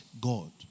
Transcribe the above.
God